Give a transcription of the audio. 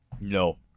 No